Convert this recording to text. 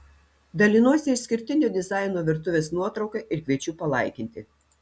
dalinuosi išskirtinio dizaino virtuvės nuotrauka ir kviečiu palaikinti